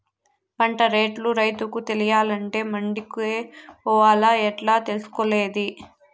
పంట రేట్లు రైతుకు తెలియాలంటే మండి కే పోవాలా? ఎట్లా తెలుసుకొనేది?